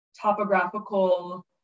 topographical